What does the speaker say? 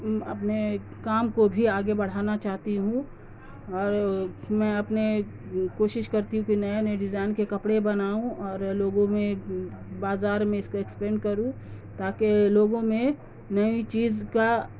اپنے کام کو بھی آگے بڑھانا چاہتی ہوں اور میں اپنے کوشش کرتی ہوں کہ نئے نئے ڈیزائن کے کپڑے بناؤں اور لوگوں میں بازار میں اس کو ایکسپینڈ کروں تاکہ لوگوں میں نئی چیز کا